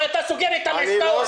אבל אתה סוגר איתם עסקאות.